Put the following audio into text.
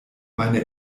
meine